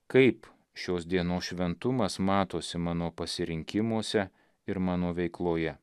kaip šios dienos šventumas matosi mano pasirinkimuose ir mano veikloje